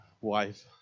Wife